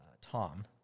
Tom